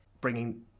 bringing